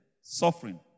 suffering